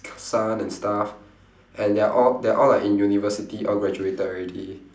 son and stuff and they are all they're all like in university all graduated already